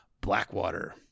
Blackwater